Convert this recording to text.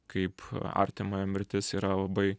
kaip artimojo mirtis yra labai